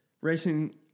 Racing